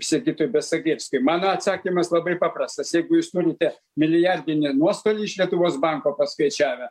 sigitui besagirskui mano atsakymas labai paprastas jeigu jūs turite milijardinį nuostolį iš lietuvos banko paskaičiavę